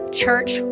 church